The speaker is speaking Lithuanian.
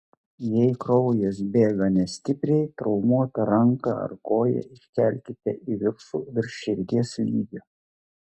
jei kraujas bėga nestipriai traumuotą ranką ar koją iškelkite į viršų virš širdies lygio